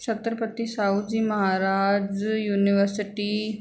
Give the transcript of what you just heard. Chhatrapati Sahu ji Maharaj university